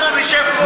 אנחנו נשב פה,